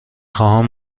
خواهم